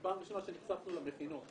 זו פעם ראשונה שנחשפנו למכינות.